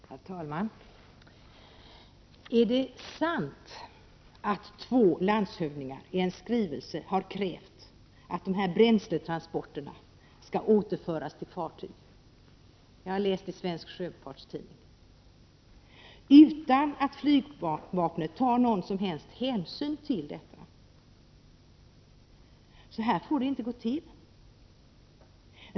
Herr talman! Är det sant att två landshövdingar i en skrivelse har krävt att bränsletransporterna skall återföras till fartyg men att flygvapnet inte tar någon som helst hänsyn till detta? Jag har läst det i Svensk Sjöfartstidning. Så får det inte gå till.